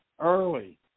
early